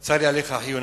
צר לי עליך אחי יהונתן.